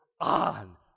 on